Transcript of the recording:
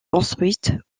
construites